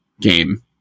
game